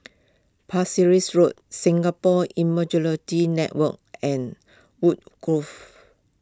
Pasir Ris Road Singapore Immunology Network and Woodgrove